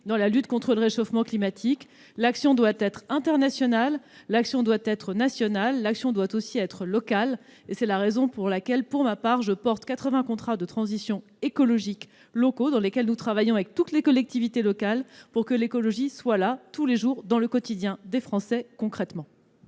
dans la lutte contre le réchauffement climatique. L'action doit être internationale, nationale et locale. C'est la raison pour laquelle je porte, pour ma part, 80 contrats de transition écologique locaux, auxquels nous travaillons avec toutes les collectivités locales, pour que l'écologie s'inscrive, concrètement, dans le quotidien des Français. La parole est